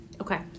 Okay